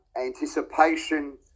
anticipation